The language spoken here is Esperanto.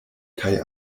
kaj